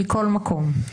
מכל מקום,